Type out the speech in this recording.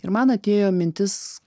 ir man atėjo mintis